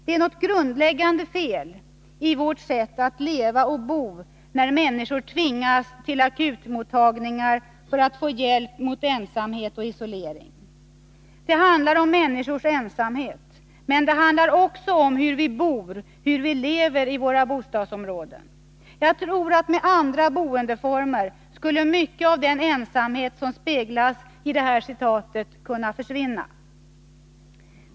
Det är något grundläggande fel i vårt sätt att leva och bo, när människor ”tvingas” till akutmottagningar för att få hjälp mot ensamhet och isolering. Det handlar om människors ensamhet, och det handlar också om hur vi bor och hur vi lever i våra bostadsområden. Jag tror att med andra boendeformer skulle mycket av den ensamhet som speglas i det här citatet kunna försvinna.